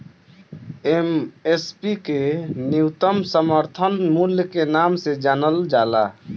MSP के न्यूनतम समर्थन मूल्य के नाम से जानल जाला